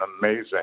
amazing